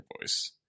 voice